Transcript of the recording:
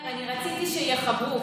--- אומר: אני רציתי שיחברו,